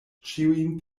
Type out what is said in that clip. ĉiujn